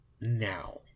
now